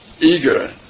eager